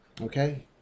okay